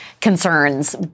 concerns